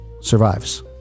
survives